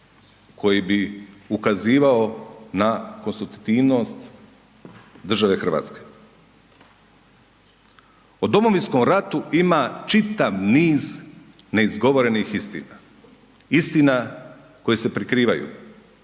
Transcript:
koji bi ukazivao na konstitutivnost države Hrvatske. O domovinskom ratu ima čitav niz neizgovorenih istina, istina koje se prikrivaju,